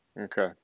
okay